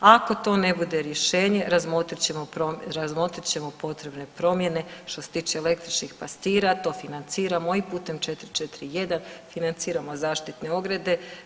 Ako to ne bude rješenje razmotrit ćemo potrebe promjene što se tiče električnih pastira, to financiramo i putem 441 financiramo zaštitne ograde.